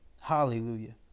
Hallelujah